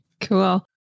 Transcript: Cool